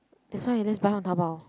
that's why just buy on Taobao